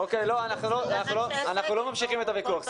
אנחנו לא ממשיכים את הוויכוח.